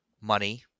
money